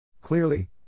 Clearly